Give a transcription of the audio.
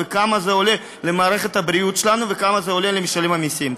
כמה זה עולה למערכת הבריאות שלנו וכמה זה עולה למשלם המסים.